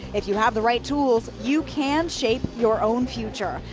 if you have the right tools, you can shape your own future.